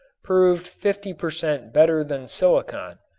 proved fifty per cent. better than silicon,